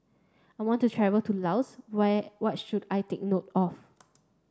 I want to travel to Laos what what should I take note of